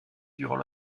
durant